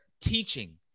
Teaching